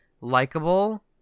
likable